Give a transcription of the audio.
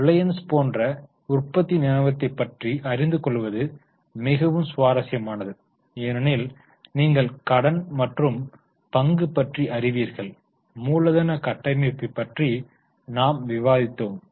Reliance போன்ற உற்பத்தி நிறுவனத்தைப் பற்றி அறிந்து கொள்வது மிகவும் சுவாரஸ்யமானது ஏனெனில் நீங்கள் கடன் மற்றும் பங்கு பற்றி அறிவீர்கள் மூலதன கட்டமைப்பு பற்றி நாம் விவாதித்தோம்